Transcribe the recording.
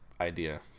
idea